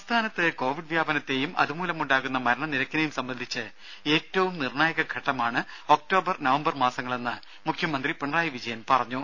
സംസ്ഥാനത്ത് കോവിഡ് വ്യാപനത്തേയും അതുമൂലമുണ്ടാകുന്ന മരണനിരക്കിനേയും സംബന്ധിച്ച് ഏറ്റവും നിർണായക ഘട്ടമാണ് ഒക്ടോബർ നവംബർ മാസങ്ങളെന്ന് മുഖ്യമന്ത്രി പിണറായി വിജയൻ പറഞ്ഞു